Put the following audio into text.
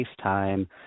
FaceTime